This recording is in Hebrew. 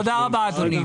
תודה רבה, אדוני.